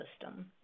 system